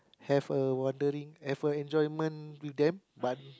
have a wondering have a enjoyment with them but